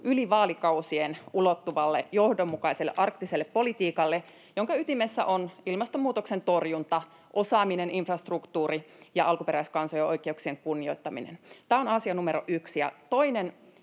yli vaalikausien ulottuvalle johdonmukaiselle arktiselle politiikalle, jonka ytimessä on ilmastonmuutoksen torjunta, osaaminen, infrastruktuuri ja alkuperäiskansojen oikeuksien kunnioittaminen. Tämä on asia numero yksi.